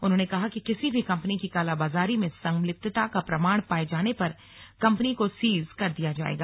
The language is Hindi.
उन्होंने कहा कि किसी भी कम्पनी की कालाबाजारी में संलिप्तता का प्रमाण पाये जाने पर कम्पनी को सीज कर दिया जाएगा